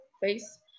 face